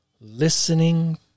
listening